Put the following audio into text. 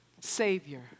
Savior